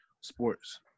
sports